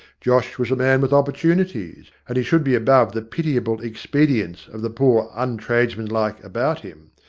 josh was a man with opportuni ties, and he should be above the pitiable expedients of the poor untradesmanlike about him.